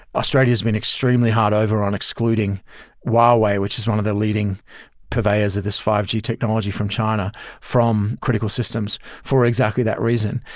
australia has been extremely hard over on excluding huawei, which is one of the leading purveyors of this five g technology from china from critical systems for exactly that reason.